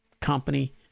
company